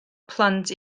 plant